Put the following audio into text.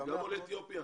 זה גם עולי אתיופיה?